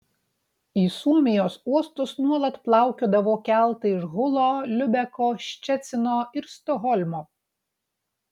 į suomijos uostus nuolat plaukiodavo keltai iš hulo liubeko ščecino ir stokholmo